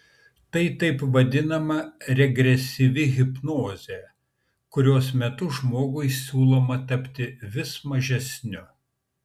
tai taip vadinama regresyvi hipnozė kurios metu žmogui siūloma tapti vis mažesniu